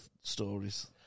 stories